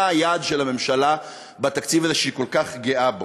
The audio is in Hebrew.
מה היעד של הממשלה בתקציב הזה שהיא כל כך גאה בו?